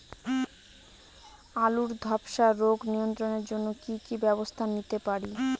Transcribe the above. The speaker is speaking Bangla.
আলুর ধ্বসা রোগ নিয়ন্ত্রণের জন্য কি কি ব্যবস্থা নিতে পারি?